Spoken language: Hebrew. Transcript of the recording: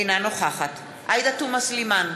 אינה נוכחת עאידה תומא סלימאן,